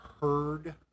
heard